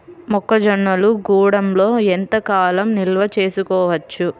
మొక్క జొన్నలు గూడంలో ఎంత కాలం నిల్వ చేసుకోవచ్చు?